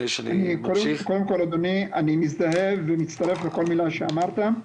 אני מזדהה ומצטרף לכל מילה שאמרת.